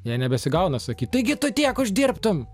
jai nebesigauna sakyt taigi tu tiek uždirbtum